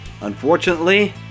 Unfortunately